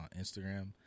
Instagram